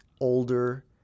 older